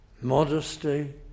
Modesty